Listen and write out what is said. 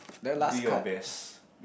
do your best